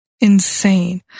insane